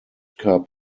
cup